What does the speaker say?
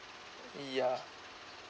ya